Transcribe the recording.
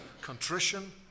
contrition